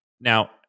Now